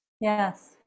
yes